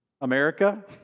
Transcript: America